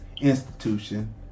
institution